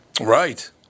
Right